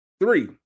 three